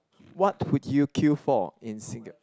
what would you queue for in SingA~